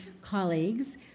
colleagues